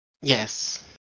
Yes